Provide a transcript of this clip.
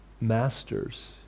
Masters